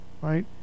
right